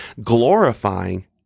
glorifying